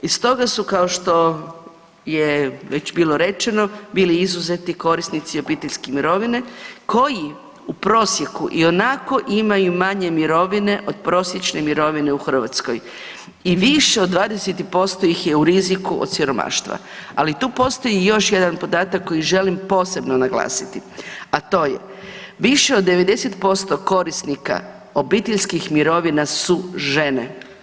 I stoga su, kao što je već bilo rečeno, bili izuzeti korisnici obiteljske mirovine koji u prosjeku ionako imaju manje mirovine od prosječne mirovine u Hrvatskoj i više od 20% ih je u riziku od siromaštva, ali tu postoji i još jedan podatak koji želim posebno naglasiti, a to je više od 90% korisnika obiteljskih mirovina su žene.